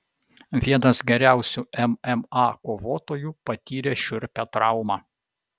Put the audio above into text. vienas geriausių mma kovotojų patyrė šiurpią traumą